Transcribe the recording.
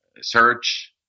search